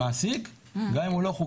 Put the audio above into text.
כל מי שמצוות למעסיק, גם אם הוא לא חוקי,